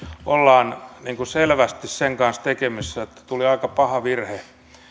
ollaan selvästi sen kanssa tekemisissä että tuli aika paha virhe